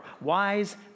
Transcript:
wise